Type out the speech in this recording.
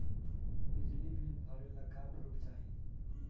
बिजली बिल भरे ला का पुर्फ चाही?